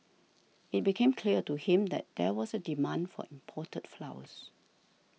it became clear to him that there was a demand for imported flowers